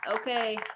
Okay